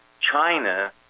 China